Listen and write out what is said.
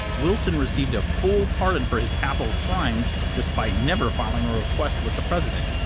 wilson received a full pardon for his capital crimes despite never filing a request with the president.